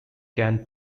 can